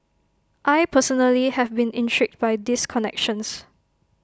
I personally have been intrigued by these connections